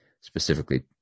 specifically